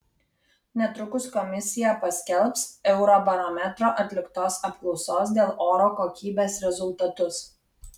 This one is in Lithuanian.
netrukus komisija paskelbs eurobarometro atliktos apklausos dėl oro kokybės rezultatus